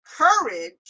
courage